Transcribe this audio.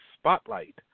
Spotlight